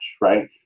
Right